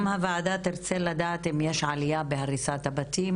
גם הוועדה תרצה לדעת אם יש עלייה בהריסות הבתים,